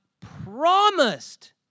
promised